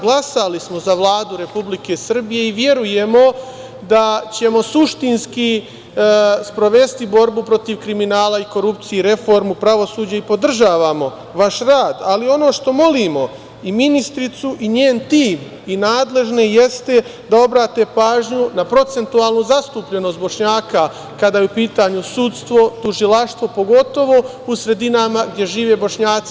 Glasali smo za Vladu Republike Srbije i verujemo da ćemo suštinski sprovesti borbu protiv kriminala i korupcije i reformu pravosuđa i podržavamo vaš rad, ali ono što molimo i ministricu i njen tim i nadležne jeste da obrate pažnju na procentualnu zastupljenost Bošnjaka kada je u pitanju sudstvo, tužilaštvo, pogotovo u sredinama gde žive Bošnjaci.